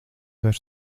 vairs